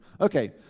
Okay